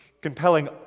compelling